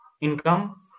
income